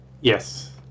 Yes